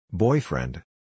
Boyfriend